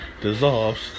dissolves